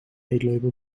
eetlepel